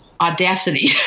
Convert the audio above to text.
audacity